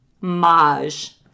maj-